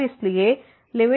और इसलिए लिमिट मौजूद नहीं है